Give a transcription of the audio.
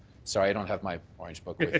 so i don't have my orange book.